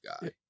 guy